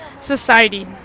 society